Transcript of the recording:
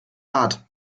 hart